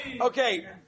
Okay